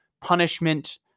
punishment